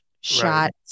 shot